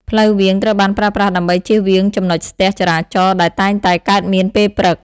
ផ្លូវវាង ត្រូវបានប្រើប្រាស់ដើម្បីជៀសវាងចំណុចស្ទះចរាចរណ៍ដែលតែងតែកើតមានពេលព្រឹក។